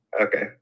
Okay